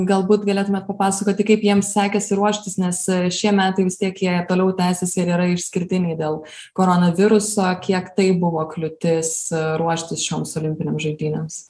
galbūt galėtumėt papasakoti kaip jiems sekėsi ruoštis nes šie metai vis tiek jie toliau tęsiasi ir yra išskirtiniai dėl koronaviruso kiek tai buvo kliūtis ruoštis šioms olimpinėms žaidynėms